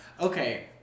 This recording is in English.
okay